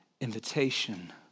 invitation